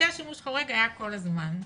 היתר שימוש חורג היה כל הזמן,